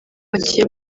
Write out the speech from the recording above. bagiye